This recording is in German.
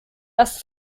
das